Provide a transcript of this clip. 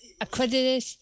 accredited